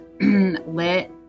lit